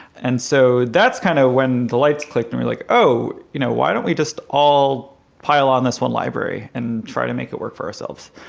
and so that's kind of when the lights clicked to me, like, oh you know why don't we just all pile on this one library and try to make it work for ourselves?